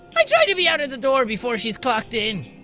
i try to be out of the door before she's clocked in.